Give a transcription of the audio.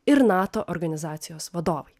ir nato organizacijos vadovai